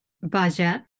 budget